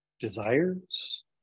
desires